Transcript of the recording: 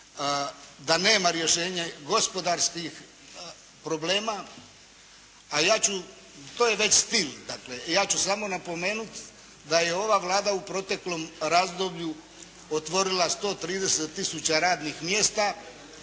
a nema rješenje gospodarskih problema, a ja ću, to je već stil, dakle ja ću samo napomenuti da je ova Vlada u proteklom razdoblju otvorila 130 tisuća radnih mjesta